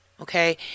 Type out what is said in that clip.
okay